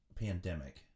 pandemic